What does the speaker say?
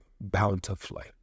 bountifully